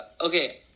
okay